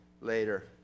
later